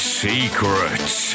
secrets